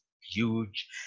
huge